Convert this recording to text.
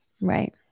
right